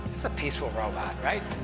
it's a peaceful robot, right?